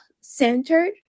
centered